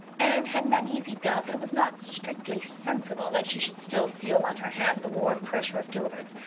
anne had an uneasy doubt that it was not strictly sensible that she should still feel on her hand the warm pressure of gilbert's,